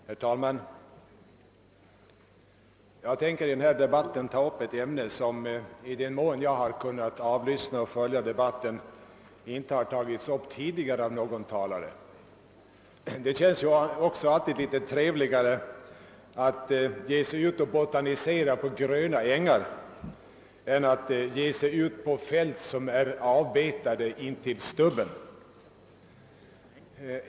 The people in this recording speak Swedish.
Herr talman! Jag tänker ta upp ett ämne som, i den mån jag har kunnat avlyssna och följa debatten, inte behandlats av någon tidigare talare. Det känns alltid litet trevligare att ge sig ut och botanisera på gröna ängar än att ge sig ut på fält som är avbetade till stubben.